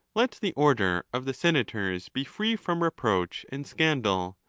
let the order of the senators be free from re proach and scandal,